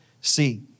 see